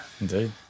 indeed